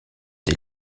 des